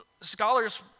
Scholars